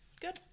Good